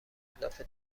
اهداف